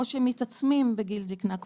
או שמתעצמים בגיל זקנה,